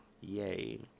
Yay